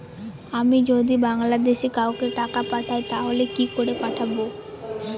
আমি যদি বাংলাদেশে কাউকে টাকা পাঠাই তাহলে কি করে পাঠাবো?